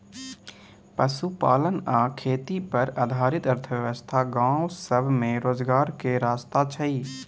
पशुपालन आ खेती पर आधारित अर्थव्यवस्था गाँव सब में रोजगार के रास्ता छइ